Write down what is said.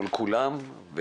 מול כולם.